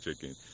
chicken